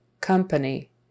COMPANY